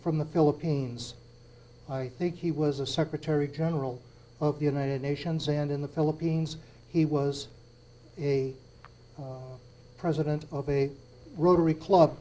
from the philippines i think he was a secretary general of the united nations and in the philippines he was a president of a rotary club